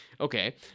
Okay